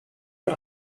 are